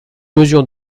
mesure